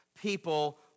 people